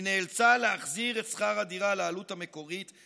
היא נאלצה להחזיר את שכר הדירה לעלות המקורית,